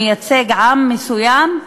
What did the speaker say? המייצג עם מסוים,